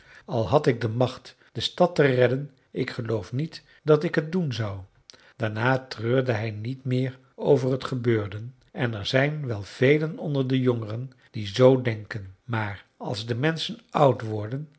al had ik de macht de stad te redden ik geloof niet dat ik het doen zou daarna treurde hij niet meer over het gebeurde en er zijn wel velen onder de jongeren die zoo denken maar als de menschen oud worden